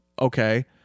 okay